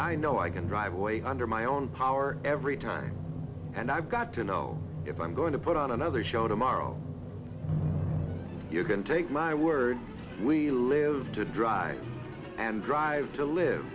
i know i can drive way under my own power every time and i've got to know if i'm going to put on another show tomorrow you can take my word we live to drive and drive to live